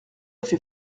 fait